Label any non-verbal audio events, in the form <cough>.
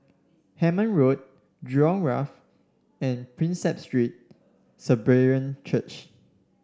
Hemmant Road Jurong Wharf and Prinsep Street <unintelligible> Church